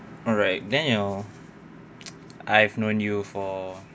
alright daniel I've known you for